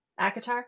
Akatar